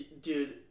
Dude